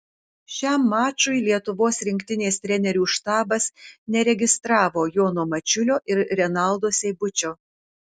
šiam mačui lietuvos rinktinės trenerių štabas neregistravo jono mačiulio ir renaldo seibučio